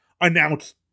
announce